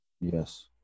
Yes